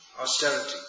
austerity